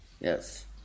yes